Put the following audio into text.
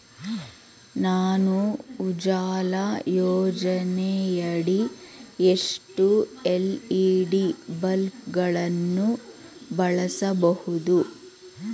ನಾನು ಉಜಾಲ ಯೋಜನೆಯಡಿ ಎಷ್ಟು ಎಲ್.ಇ.ಡಿ ಬಲ್ಬ್ ಗಳನ್ನು ಬಳಸಬಹುದು?